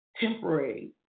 temporary